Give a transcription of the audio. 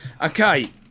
Okay